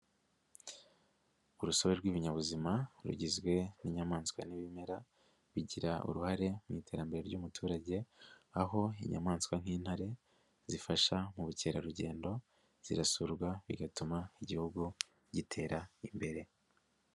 Urusobe rw'ibinyabuzima rugizwe n'inyamaswa n'ibimera bigira uruhare mu iterambere ry'umuturage aho inyamaswa nk'intare zifasha mu bukerarugendo, zirasurwa bigatuma Igihugu gitera imbere.